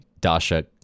dasha